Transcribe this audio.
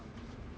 champs